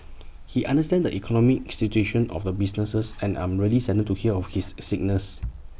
he understands the economic situation of the businesses and I'm really saddened to hear of his sickness